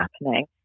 happening